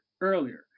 earlier